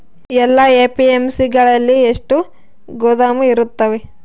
ಎಲ್ಲಾ ಎ.ಪಿ.ಎಮ್.ಸಿ ಗಳಲ್ಲಿ ಎಷ್ಟು ಗೋದಾಮು ಇರುತ್ತವೆ?